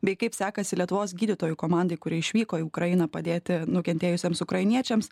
bei kaip sekasi lietuvos gydytojų komandai kuri išvyko į ukrainą padėti nukentėjusiems ukrainiečiams